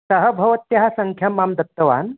सः भवत्याः सङ्ख्यां मां दत्तवान्